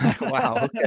Wow